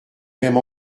m’aime